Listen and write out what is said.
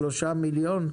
3 מיליון,